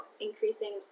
increasing